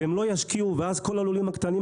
והם לא ישקיעו ואז כל הלולים הקטנים,